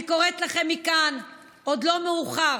אני קוראת לכם מכאן: עוד לא מאוחר,